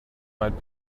might